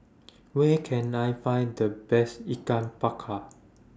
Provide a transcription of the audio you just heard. Where Can I Find The Best Ikan Bakar